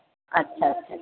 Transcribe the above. اچھا اچھا